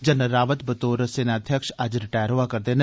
general Rawat बतौर सेनाघ्यक्ष अज्ज रटैर होआ करदे न